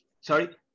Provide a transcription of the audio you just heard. Sorry